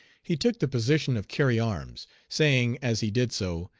he took the position of carry arms, saying as he did so,